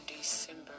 December